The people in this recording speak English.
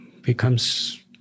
becomes